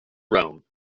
rome